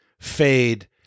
fade